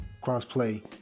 cross-play